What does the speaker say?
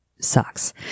sucks